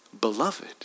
Beloved